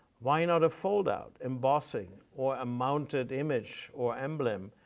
why not a foldout, embossing, or a mounted image or emblem,